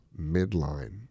midline